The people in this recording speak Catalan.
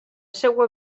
seua